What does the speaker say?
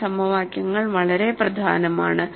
ഈ സമവാക്യങ്ങൾ വളരെ പ്രധാനമാണ്